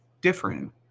different